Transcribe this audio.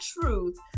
truth